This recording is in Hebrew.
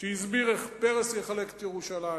שהסביר איך פרס יחלק את ירושלים,